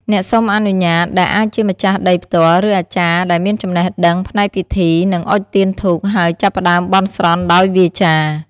អ្នកសុំអនុញ្ញាត ដែលអាចជាម្ចាស់ដីផ្ទាល់ ឬអាចារ្យដែលមានចំណេះដឹងផ្នែកពិធី នឹងអុជទៀនធូប ហើយចាប់ផ្តើមបន់ស្រន់ដោយវាចា។